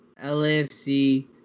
LaFC